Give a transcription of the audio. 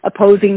opposing